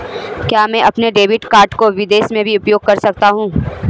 क्या मैं अपने डेबिट कार्ड को विदेश में भी उपयोग कर सकता हूं?